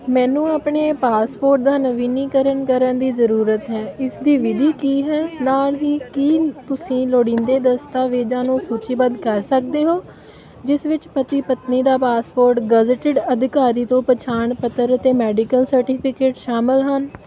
ਮੈਨੂੰ ਆਪਣੇ ਪਾਸਪੋਰਟ ਦਾ ਨਵੀਨੀਕਰਨ ਕਰਨ ਦੀ ਜ਼ਰੂਰਤ ਹੈ ਇਸ ਦੀ ਵਿਧੀ ਕੀ ਹੈ ਨਾਲ ਹੀ ਕੀ ਤੁਸੀਂ ਲੋੜੀਂਦੇ ਦਸਤਾਵੇਜ਼ਾਂ ਨੂੰ ਸੂਚੀਬੱਧ ਕਰ ਸਕਦੇ ਹੋ ਜਿਸ ਵਿੱਚ ਪਤੀ ਪਤਨੀ ਦਾ ਪਾਸਪੋਰਟ ਗਜ਼ਟਿਡ ਅਧਿਕਾਰੀ ਤੋਂ ਪਛਾਣ ਪੱਤਰ ਅਤੇ ਮੈਡੀਕਲ ਸਰਟੀਫਿਕੇਟ ਸ਼ਾਮਲ ਹਨ